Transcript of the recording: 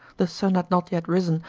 the sun had not yet risen,